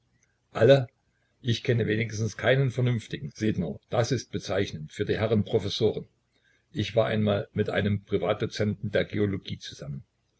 alle ich kenne wenigstens keinen vernünftigen seht nur das ist bezeichnend für die herren professoren ich war einmal mit einem privatdozenten der geologie zusammen